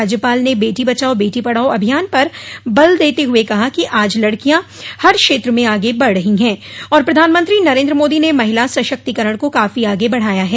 राज्यपाल ने बेटी बचाओ बेटी पढ़ाओ अभियान पर बल देते हुए कहा कि आज लड़किया हर क्षेत्र में आगे बढ़ रही है और प्रधानमंत्री नरेन्द्र मोदी ने महिला सशक्तिकरण को काफी आगे बढ़ाया है